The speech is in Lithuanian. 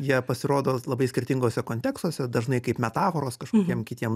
jie pasirodo labai skirtinguose kontekstuose dažnai kaip metaforos kažkokiem kitiem